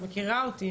את מכירה אותי,